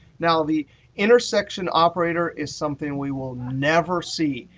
now, the intersection operator is something we will never see.